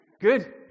Good